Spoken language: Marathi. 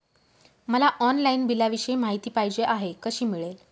मला ऑनलाईन बिलाविषयी माहिती पाहिजे आहे, कशी मिळेल?